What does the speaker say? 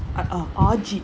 ah uh ajeedh